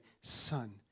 son